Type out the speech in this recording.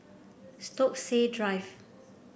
Stokesay Drive